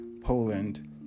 poland